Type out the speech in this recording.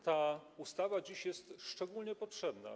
Ta ustawa teraz jest szczególnie potrzebna.